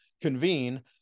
convene